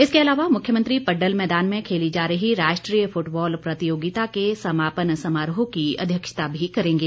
इसके अलावा मुख्यमंत्री पड्डल मैदान में खेली जा रही राष्ट्रीय फुटबॉल प्रतियोगिता के समापन समारोह की अध्यक्षता भी करेंगे